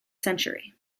century